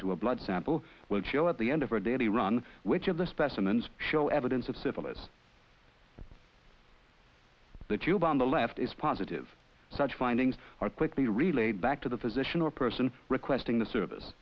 into a blood sample will show at the end of her daily run which of the specimens show evidence of syphilis on the tube on the left is positive such findings are quickly relayed back to the physician or person requesting the service